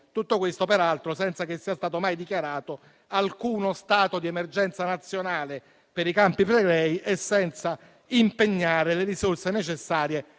Tutto questo, peraltro, senza che sia stato mai dichiarato alcuno stato di emergenza nazionale per i Campi Flegrei e senza che siano state impegnate le risorse necessarie